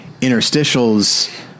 interstitials